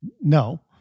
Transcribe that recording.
No